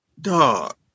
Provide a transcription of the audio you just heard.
dog